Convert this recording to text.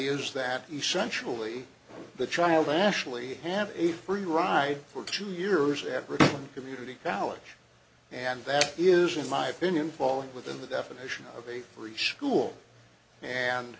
is that essentially the child actually have a free ride for two years every community college and that is in my opinion fall within the definition of a free school and